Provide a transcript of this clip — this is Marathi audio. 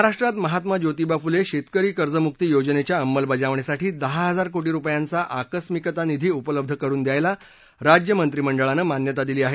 महाराष्ट्रात महात्मा ज्योतिबा फुले शेतकरी कर्जमुकी योजनेच्या अंमलबजावणीसाठी दहा हजार कोटी रुपयांचा आकस्मिकता निधी उपलब्ध करून द्यायला राज्यमंत्रिमंडळानं मान्यता दिली आहे